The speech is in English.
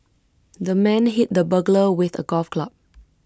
the man hit the burglar with A golf club